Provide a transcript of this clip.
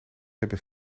hebben